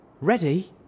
Ready